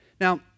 Now